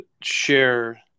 share